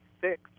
six